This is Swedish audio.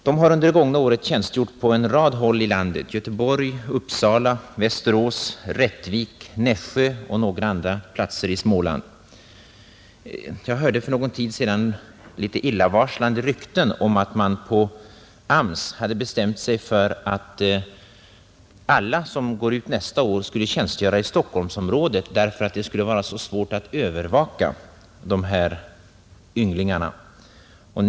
De har under det gångna året tjänstgjort på en rad håll i landet: Göteborg, Uppsala, Västerås, Rättvik, Nässjö och några andra platser i Småland. Jag hörde för någon tid sedan litet illavarslande rykten om att man på AMS hade bestämt sig för att alla som går ut nästa år skall tjänstgöra i Stockholmsområdet därför att det skulle vara så svårt att övervaka de ynglingar det gäller.